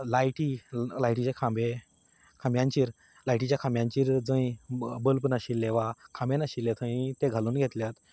लायटी लायटीचे खांबे खांब्यांचेर लायटींच्या खांब्यांचेर जर थंय बल्ब नाशिल्ले वा खांबे नाशिल्ले थंय ते घालून घेतल्यात